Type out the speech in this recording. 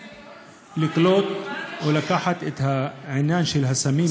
לקלוט או לקחת את העניין של הסמים,